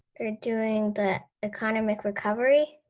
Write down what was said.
they're doing the economic recovery.